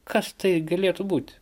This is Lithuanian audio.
kas tai galėtų būt